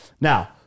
Now